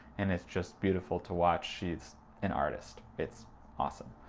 and it's just beautiful to watch. she's an artist. it's awesome.